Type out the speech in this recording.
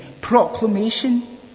proclamation